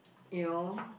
you know